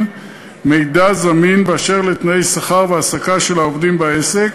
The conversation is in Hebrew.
מידע זמין באשר לתנאי השכר וההעסקה של העובדים בעסק,